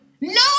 No